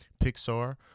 Pixar